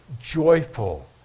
joyful